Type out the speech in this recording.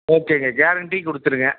ஓகேங்க கேரண்ட்டி கொடுத்துருங்க